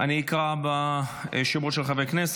אני אקרא בשמות של חברי הכנסת,